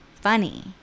funny